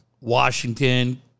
Washington